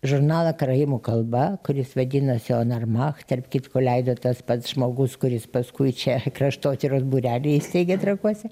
žurnalą karaimų kalba kuris vadinosi onarmach tarp kitko leido tas pats žmogus kuris paskui čia kraštotyros būrelį įsteigė trakuose